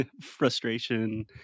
frustration